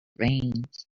veins